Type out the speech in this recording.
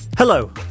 Hello